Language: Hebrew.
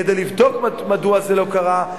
כדי לבדוק מדוע זה לא קרה,